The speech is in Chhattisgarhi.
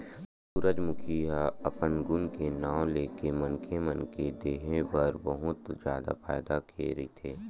सूरजमूखी ह अपन गुन के नांव लेके मनखे मन के देहे बर बहुत जादा फायदा के रहिथे